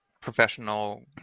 professional